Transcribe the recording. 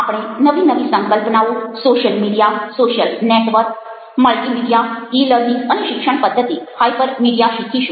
આપણે નવી નવી સંકલ્પનાઓ social media social network multimedia e learning અને શિક્ષણ પધ્ધતિ હાઈપર મીડિયા શીખીશું